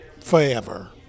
forever